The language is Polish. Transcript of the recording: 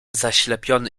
zaślepiony